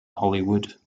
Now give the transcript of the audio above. hollywood